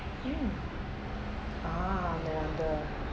mm ah no wonder